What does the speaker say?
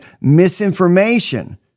misinformation